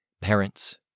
Parents